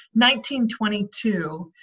1922